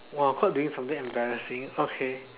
!wah! caught doing something embarrassing okay